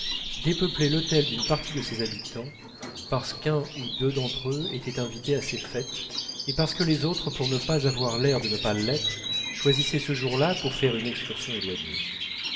dépeuplait l'hôtel d'une partie de ses habitants parce qu'un ou deux d'entre eux étaient invités à ces fêtes et parce que les autres pour ne pas avoir l'air de ne pas l'être choisissaient ce jour-là pour faire une excursion éloignée